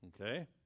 Okay